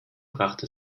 brachte